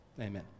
Amen